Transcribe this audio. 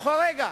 בכל רגע,